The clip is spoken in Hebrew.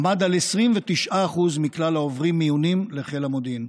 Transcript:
עמד על 29% מכלל העוברים מיונים לחיל המודיעין.